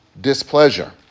displeasure